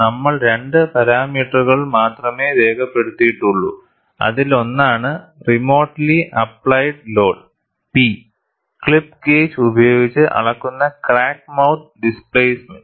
നമ്മൾ രണ്ട് പാരാമീറ്ററുകൾ മാത്രമേ രേഖപ്പെടുത്തിയിട്ടുള്ളൂ അതിലൊന്നാണ് remotely applied load P clip gauge ഉപയോഗിച്ച് അളക്കുന്ന ക്രാക്ക് മൌത്ത് ഡിസ്പ്ലേസ്മെന്റ്